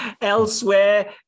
Elsewhere